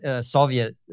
Soviet